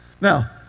Now